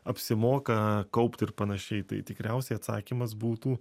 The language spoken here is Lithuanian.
apsimoka kaupt ir panašiai tai tikriausiai atsakymas būtų